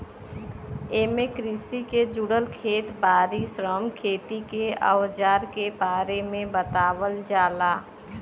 एमे कृषि के जुड़ल खेत बारी, श्रम, खेती के अवजार के बारे में बतावल जाला